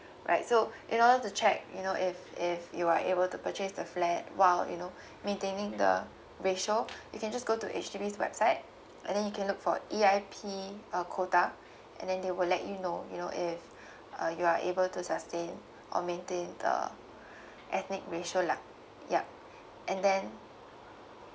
right so in order to check you know if if you are able to purchase the flat while you know maintaining the ratio you can just go to H_D_B's website and then you can look for E_I_P uh quota and then they will let you know you know if uh you are able to sustain or maintain the ethnic ratio lah yup and then